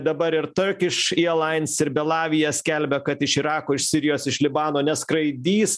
dabar ir turkiš ielains ir belavija skelbia kad iš irako iš sirijos iš libano neskraidys